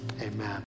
amen